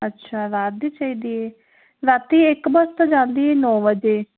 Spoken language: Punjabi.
ਅੱਛਾ ਰਾਤ ਚਾਹੀਦੀ ਐ ਰਾਤੀ ਇੱਕ ਬੱਸ ਤਾਂ ਜਾਂਦੀ ਏ ਨੌਂ ਵਜੇ